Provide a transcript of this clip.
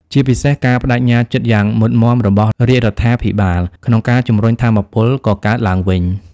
ជាពិសេស ការប្តេជ្ញាចិត្តយ៉ាងមុតមាំរបស់រាជរដ្ឋាភិបាល ក្នុងការជំរុញថាមពលកកើតឡើងវិញ។